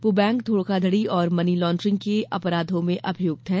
वह बैंक धोखाधड़ी और मनीलांड्रिंग के अपराधों में अभियुक्त है